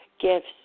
gifts